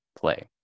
Play